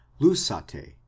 LUSATE